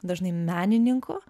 dažnai menininkų